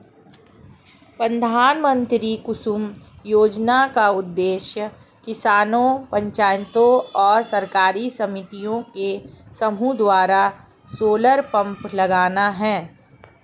प्रधानमंत्री कुसुम योजना का उद्देश्य किसानों पंचायतों और सरकारी समितियों के समूह द्वारा सोलर पंप लगाना है